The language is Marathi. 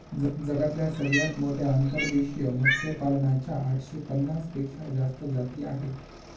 जगातल्या सगळ्यात मोठ्या अंतर्देशीय मत्स्यपालना च्या आठशे पन्नास पेक्षा जास्त जाती आहे